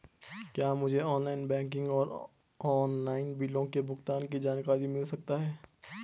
क्या मुझे online banking और ऑनलाइन बिलों के भुगतान की जानकारी मिल सकता है?